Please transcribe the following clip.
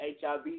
HIV